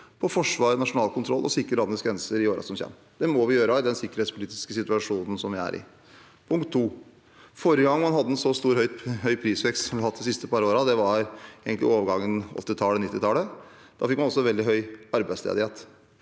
på forsvar og nasjonal kontroll og å sikre landets grenser i årene som kommer. Det må vi gjøre i den sikkerhetspolitiske situasjonen som vi er i. Punkt to: Forrige gang man hadde en så høy prisvekst som vi har hatt de siste par årene, var egentlig i overgangen 1980–1990-tallet. Da hadde man også veldig høy arbeidsledighet.